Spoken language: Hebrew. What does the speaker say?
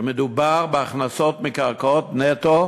ומדובר בהכנסות מקרקעות נטו,